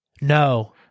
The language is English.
No